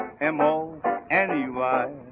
M-O-N-E-Y